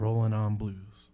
rolling on blues